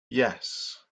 yes